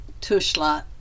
Tushla